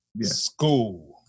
school